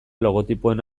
logotipoen